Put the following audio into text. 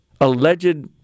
alleged